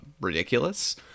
ridiculous